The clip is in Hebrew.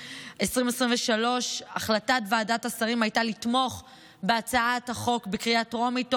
2023. החלטת ועדת השרים הייתה לתמוך בהצעת החוק בקריאה טרומית,